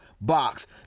box